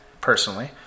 personally